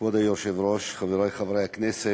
כבוד היושב-ראש, חברי חברי הכנסת,